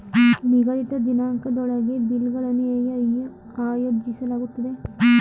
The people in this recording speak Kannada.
ನಿಗದಿತ ದಿನಾಂಕದೊಳಗೆ ಬಿಲ್ ಗಳನ್ನು ಹೇಗೆ ಆಯೋಜಿಸಲಾಗುತ್ತದೆ?